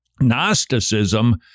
Gnosticism